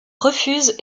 refuse